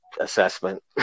assessment